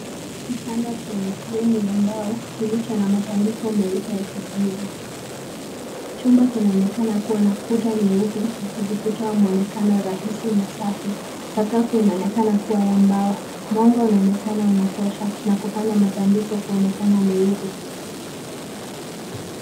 Kitanda chenye fremu ya mbao, kilicho na matandiko meupe ya kijivu. Chumba kinaonekana kuwa na kuta nyeupe, zikitoa muonekano rahisi na safi. Sakafu inaonekana kuwa ya mbao, mwanga unaonekana unatosha, kufanya matandiko kuonekana meupe.